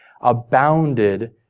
abounded